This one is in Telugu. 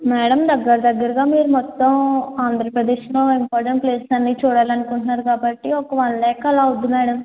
మేడం దగ్గర దగ్గరగా మీరు మొత్తం ఆంధ్రప్రదేశ్లో ఇంపొర్టెంట్ ప్లేసెస్ అన్నీ చూడాలనుకుంటున్నారు కాబట్టి ఒక వన్ లాక్ అలా అవుతుంది మేడం